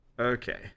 Okay